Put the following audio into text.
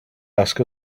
ask